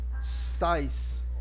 size